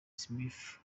smith